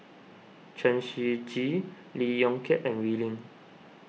Chen Shiji Lee Yong Kiat and Wee Lin